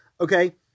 Okay